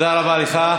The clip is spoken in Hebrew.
תודה רבה לך.